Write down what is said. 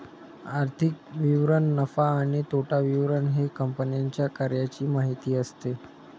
आर्थिक विवरण नफा आणि तोटा विवरण हे कंपन्यांच्या कार्याची माहिती असते